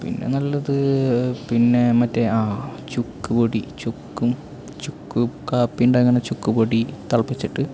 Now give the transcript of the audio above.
പിന്നെ നല്ലത് പിന്നെ മറ്റേ ആ ചുക്കുപൊടി ചുക്കും ചുക്കുകാപ്പിയുണ്ടാക്കണ ചുക്കുപൊടി തിളപ്പിച്ചിട്ട്